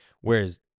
Whereas